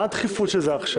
מה הדחיפות של זה עכשיו?